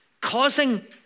causing